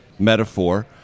Metaphor